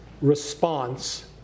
response